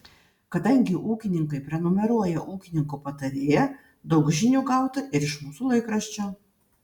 kadangi ūkininkai prenumeruoja ūkininko patarėją daug žinių gauta ir iš mūsų laikraščio